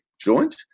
joint